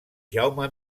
jaume